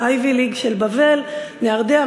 ה-Ivy League של בבל: נהרדעא,